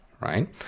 right